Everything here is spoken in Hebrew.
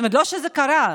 לא כשזה קרה.